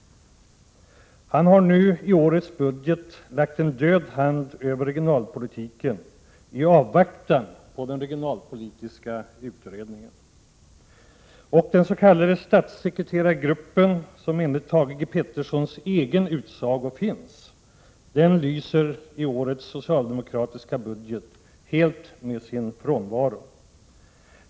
Han har i årets budget lagt en död hand över regionalpolitiken i avvaktan på den regionalpolitiska utredningen. Och den s.k. statssekreterargruppen, som enligt Thage G Petersons egen utsago finns, lyser i årets socialdemokratiska budget med sin frånvaro.